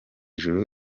ijuru